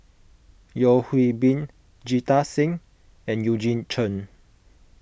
Yeo Hwee Bin Jita Singh and Eugene Chen